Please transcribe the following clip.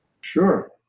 Sure